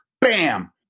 Bam